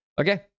okay